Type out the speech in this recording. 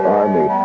army